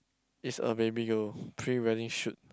is a baby girl pre-wedding shoot